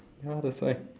ya that's why